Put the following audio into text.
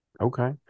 okay